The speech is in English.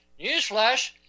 newsflash